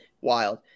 wild